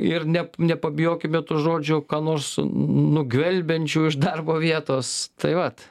ir ne nepabijokime to žodžio ką nors nugvelbiančių iš darbo vietos tai vat